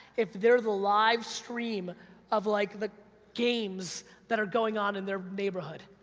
if they're the livestream of like the games that are going on in their neighborhood.